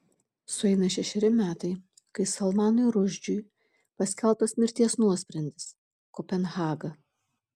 sueina šešeri metai kai salmanui rušdžiui paskelbtas mirties nuosprendis kopenhaga